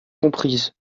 comprise